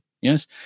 Yes